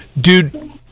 dude